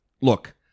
Look